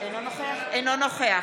אינו נוכח